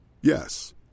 Yes